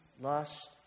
lust